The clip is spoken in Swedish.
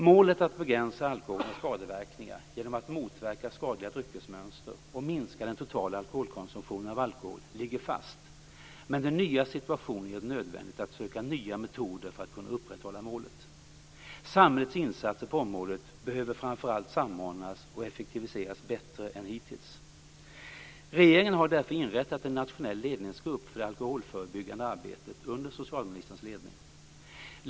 Målet att begränsa alkoholens skadeverkningar genom att motverka skadliga dryckesmönster och minska den totala konsumtionen av alkohol ligger fast, men den nya situationen gör det nödvändigt att söka nya metoder för att kunna upprätthålla målet. Samhällets insatser på området behöver framför allt samordnas och effektiviseras bättre än hittills. Regeringen har därför inrättat en nationell ledningsgrupp för det alkoholförebyggande arbetet under socialministerns ledning.